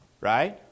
right